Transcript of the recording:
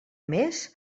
més